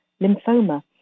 Lymphoma